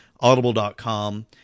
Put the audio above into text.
Audible.com